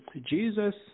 Jesus